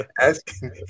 asking